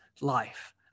life